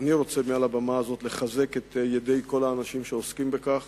אני רוצה מעל הבמה הזאת לחזק את ידי כל האנשים שעוסקים בכך,